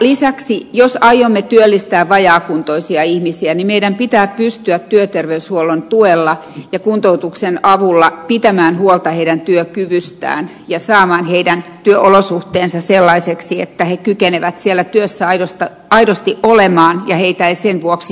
lisäksi jos aiomme työllistää vajaakuntoisia ihmisiä niin meidän pitää pystyä työterveyshuollon tuella ja kuntoutuksen avulla pitämään huolta heidän työkyvystään ja saamaan heidän työolosuhteensa sellaiseksi että he kykenevät siellä työssä aidosti olemaan ja heitä ei sen vuoksi syrjitä